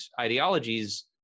ideologies